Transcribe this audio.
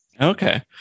okay